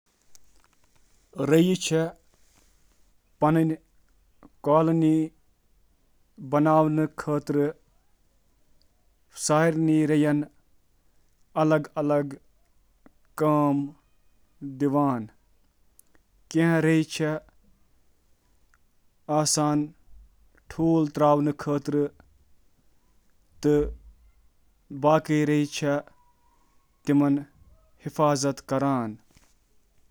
چیونٹہٕ چِھ اکہٕ عملہٕ ذریعہٕ نوآبادیات کران یتھ کالونی فاؤنڈنگ ونان چِھ۔ اتھ منٛز چُھ عام طور پٲنٹھ اکھ میٹیڈ ملکہ اکھ نوٚو آسہٕ قٲئم کران، ٹھوٗل تراوان، تہٕ کارکنن ہنٛز گوڑنچ نسلہٕ پرورش کران۔